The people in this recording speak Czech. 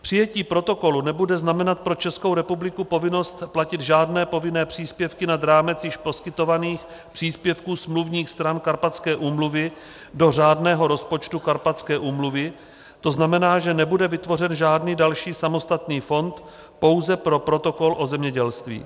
Přijetí protokolu nebude znamenat pro Českou republiku povinnost platit žádné povinné příspěvky nad rámec již poskytovaných příspěvků smluvních stran Karpatské úmluvy do řádného rozpočtu Karpatské úmluvy, to znamená, že nebude vytvořen žádný další samostatný fond pouze pro protokol o zemědělství.